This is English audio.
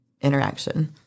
interaction